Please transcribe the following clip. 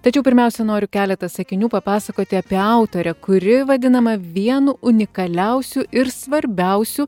tačiau pirmiausia noriu keletą sakinių papasakoti apie autorę kuri vadinama vienu unikaliausių ir svarbiausių